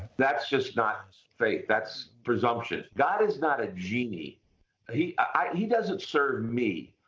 that's just not faith. that's presumption god is not a genie he i mean he doesn't serve me.